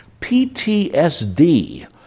PTSD